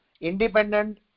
independent